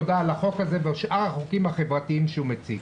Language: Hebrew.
תודה על החוק הזה ועל שאר החוקים החברתיים שהוא מציג.